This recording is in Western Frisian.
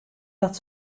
dat